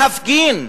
להפגין,